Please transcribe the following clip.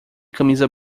camisa